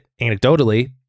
anecdotally